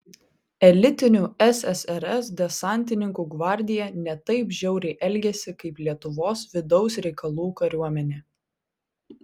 elitinių ssrs desantininkų gvardija ne taip žiauriai elgėsi kaip lietuvos vidaus reikalų kariuomenė